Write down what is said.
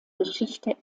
geschichte